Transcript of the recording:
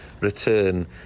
return